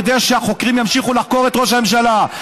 כדי שהחוקרים ימשיכו לחקור את ראש הממשלה.